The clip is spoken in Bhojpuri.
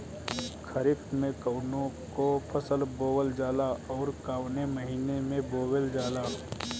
खरिफ में कौन कौं फसल बोवल जाला अउर काउने महीने में बोवेल जाला?